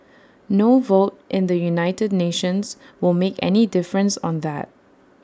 no vote in the united nations will make any difference on that